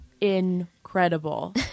incredible